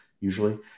usually